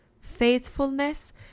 faithfulness